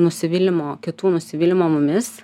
nusivylimo kitų nusivylimo mumis